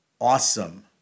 awesome